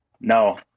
No